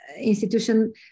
institution